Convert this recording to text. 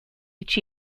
each